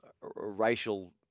racial